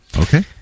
okay